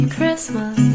Christmas